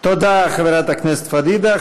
תודה, חברת הכנסת פדידה.